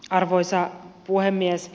arvoisa puhemies